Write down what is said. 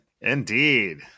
Indeed